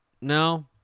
No